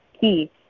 key